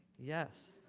yes.